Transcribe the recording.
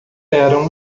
eram